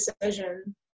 decision